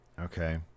Okay